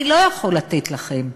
אני לא יכול לתת לכם.